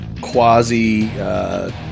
quasi